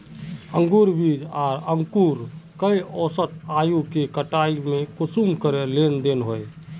अंकूर बीज आर अंकूर कई औसत आयु के कटाई में कुंसम करे लेन देन होए?